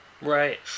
Right